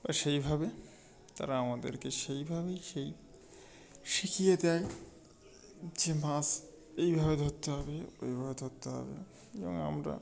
বা সেইভাবে তারা আমাদেরকে সেইভাবেই সেই শিখিয়ে দেয় যে মাছ এইভাবে ধরতে হবে ওইভাবে ধরতে হবে এবং আমরা